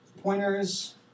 pointers